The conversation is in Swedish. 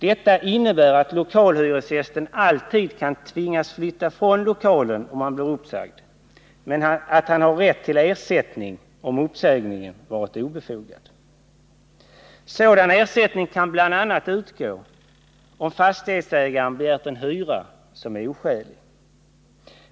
Detta innebär att lokalhyresgästen alltid kan tvingas flytta från lokalen, om han blir uppsagd, men att han har rätt till ersättning om uppsägningen varit obefogad. Sådan ersättning kan bl.a. utgå om fastighetsägaren begärt en hyra som är oskälig.